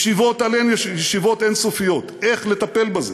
ישיבות על ישיבות אין-סופיות איך לטפל בזה.